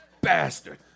bastard